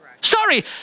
Sorry